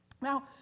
Now